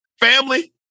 family